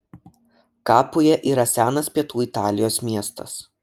kapuja yra senas pietų italijos miestas